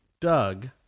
Doug